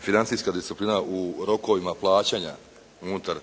financijska disciplina u rokovima plaćanja unutar